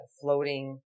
floating